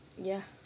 ya